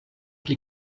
pli